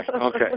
okay